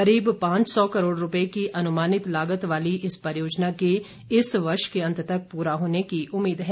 करीब पांच सौ करोड़ रूपये की अनुमानित लागत वाली इस परियोजना के इस वर्ष के अंत तक पूरा होने की उम्मीद है